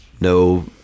no